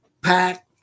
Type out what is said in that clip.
pack